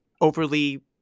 overly